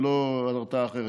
ולא הרתעה אחרת,